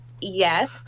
Yes